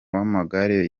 w’amagare